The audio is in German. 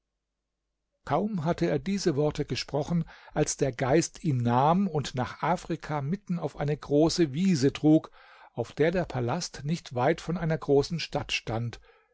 kaum hatte er diese worte gesprochen als der geist ihn nahm und nach afrika mitten auf eine große wiese trug auf der der palast nicht weit von einer großen stadt stand